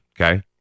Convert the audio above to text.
okay